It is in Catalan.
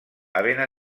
havent